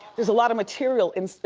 there's a lot of material in,